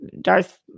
Darth